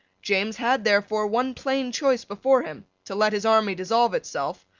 james had therefore one plain choice before him, to let his army dissolve itself,